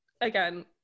Again